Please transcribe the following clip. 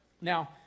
Now